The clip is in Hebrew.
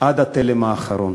עד התלם האחרון.